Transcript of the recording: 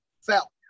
fell